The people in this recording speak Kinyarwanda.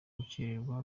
gukererwa